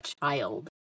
child